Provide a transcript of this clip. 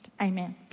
Amen